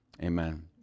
Amen